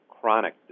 chronic